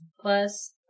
plus